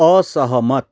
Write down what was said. असहमत